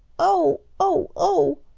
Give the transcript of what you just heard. oh! oh! oh!